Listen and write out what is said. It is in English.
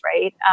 right